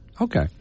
Okay